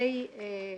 התשע"ט,